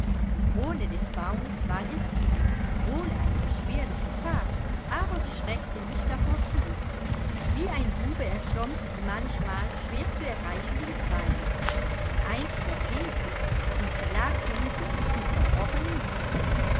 die krone des baumes war ihr ziel wohl eine beschwerliche fahrt aber sie schreckte nicht davor zurück wie ein bube erklomm sie die manchmal schwer zu erreichenden zweige ein einziger fehltritt und sie lag unten mit zerbrochenen gliedern